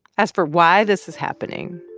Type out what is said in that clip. as for why this is happening,